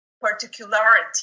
particularity